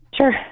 sure